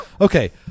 Okay